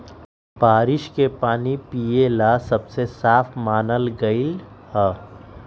बारिश के पानी पिये ला सबसे साफ मानल गेलई ह